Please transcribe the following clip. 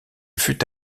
fut